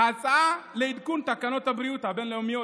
הצעה לעדכון תקנות הבריאות הבין-לאומיות,